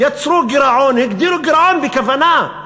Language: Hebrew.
יצרו גירעון, הגדירו גירעון בכוונה.